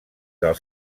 del